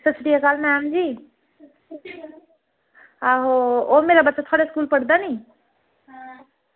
सत श्री अकाल मैडम जी आहो ओह् मेरा बच्चा थुआढ़े स्कूल पढ़दा नी